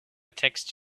text